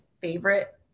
favorite